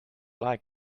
like